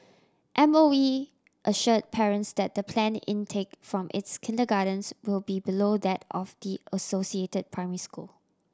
M O E assure parents that the planned intake from its kindergartens will be below that of the associated primary school